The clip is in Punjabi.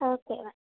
ਓਕੇ ਹੈ